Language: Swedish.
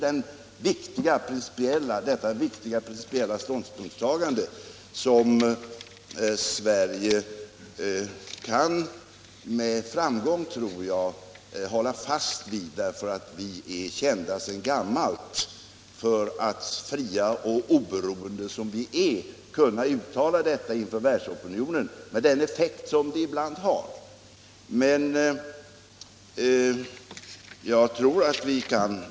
Det är detta viktiga principiella ståndpunktstagande som Sverige kan — och jag tror med framgång — hålla fast vid, därför att vi sedan gammalt är kända för att fria och oberoende kunna uttala sådant inför världsopinionen, med den effekt som det ibland har.